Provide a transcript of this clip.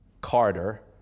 Carter